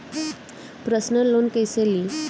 Personal loan कैसे ली?